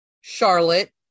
Charlotte